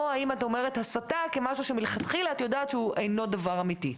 או האם את אומרת הסתה כמשהו שמלכתחילה את יודעת שהוא אינו אמיתי?